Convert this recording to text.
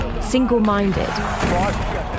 single-minded